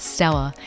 Stella